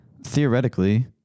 Theoretically